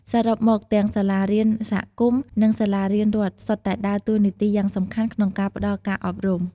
សរុបមក ទាំងសាលារៀនសហគមន៍ និងសាលារៀនរដ្ឋសុទ្ធតែដើរតួនាទីយ៉ាងសំខាន់ក្នុងការផ្ដល់ការអប់រំ។